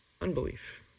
unbelief